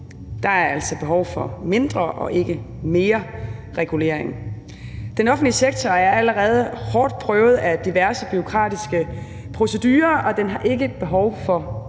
Der er altså behov for mindre og ikke mere regulering. Den offentlige sektor er allerede hårdt prøvet af diverse bureaukratiske procedurer, og den har ikke behov for mere